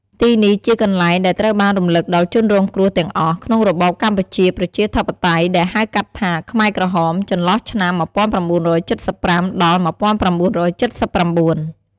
ទីនេះជាកន្លែងដែលត្រូវបានរំលឹកដល់ជនរងគ្រោះទាំងអស់ ក្នុងរបបកម្ពុជាប្រជាធិបតេយ្យ ដែលហៅកាត់ថា ខ្មែរក្រហម ចន្លោះឆ្នាំ ១៩៧៥ ដល់ ១៩៧៩។